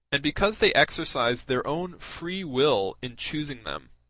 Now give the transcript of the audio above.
and because they exercised their own free-will in choosing them